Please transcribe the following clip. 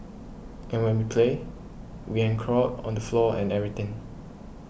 and when we play we and crawl on the floor and everything